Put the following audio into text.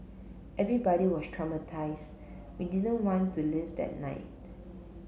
everybody was traumatise we didn't want to leave that night